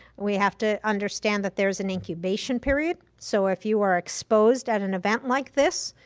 we have to understand that there's an incubation period. so if you are exposed at an event like this,